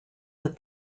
that